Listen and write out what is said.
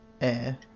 air